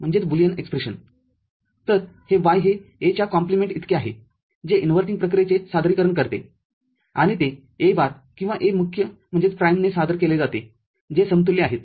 तरहे Y हे A च्या कॉम्प्लिमेंटइतके आहे जे इनव्हर्टिंगप्रक्रियेचे सादरीकरण करते आणि ते A बारकिंवा A मुख्यने सादर केले जाते जे समतुल्य आहेत